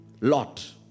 Lot